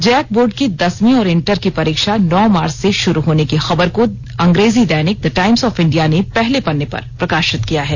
Jack board की दसवीं और इंटर की परीक्षा नौ मार्च से शुरू होने की खबर को अंग्रेजी दैनिक द टाइम्स ऑफ इंडिया ने पहले पन्ने पर प्रकाशित किया है